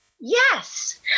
Yes